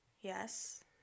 Yes